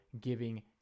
giving